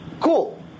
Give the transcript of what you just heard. cool